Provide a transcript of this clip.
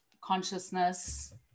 consciousness